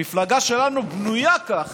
המפלגה שלנו בנויה כך